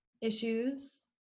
issues